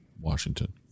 Washington